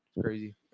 Crazy